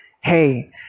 hey